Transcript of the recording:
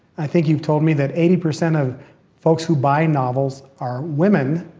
i think you've told me that eighty percent of folks who buy novels are women.